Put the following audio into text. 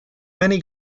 many